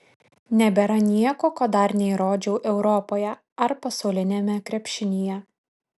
nebėra nieko ko dar neįrodžiau europoje ar pasauliniame krepšinyje